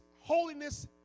holiness